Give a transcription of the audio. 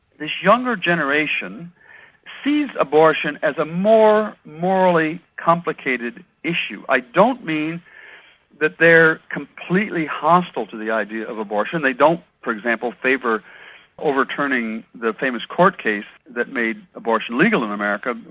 this younger generation sees abortion as a more morally complicated issue. i don't mean that they're completely hostile to the idea of abortion they don't, for example, favour overturning the famous court case that made abortion legal in america,